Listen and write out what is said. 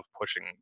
pushing